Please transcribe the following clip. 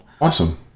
Awesome